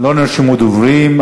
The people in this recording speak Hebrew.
לא נרשמו דוברים.